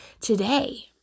today